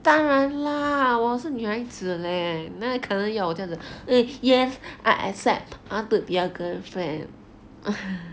当然 lah 我是女孩子 leh 哪里可能要我这样子 uh yes I accept I want to be your girlfriend